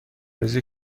ریزی